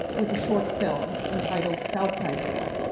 with a short film entitled, south side girl,